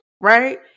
right